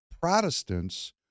protestants